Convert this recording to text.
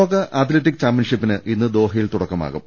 ലോക അത്ലറ്റിക് ചാമ്പ്യൻഷിപ്പിന് ഇന്ന് ദോഹയിൽ തുടക്കമാ കും